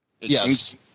Yes